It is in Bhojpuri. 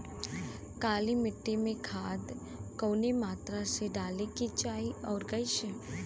काली मिट्टी में खाद कवने मात्रा में डाले के चाही अउर कइसे?